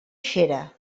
xera